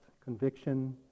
conviction